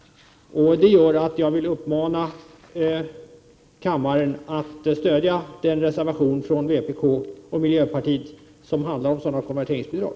Därför vill jag uppmana kammaren att stödja den reservation från vpk och miljöpartiet som handlar om sådana konverteringsbidrag.